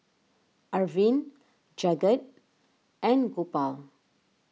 Arvind Jagat and Gopal